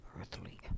earthly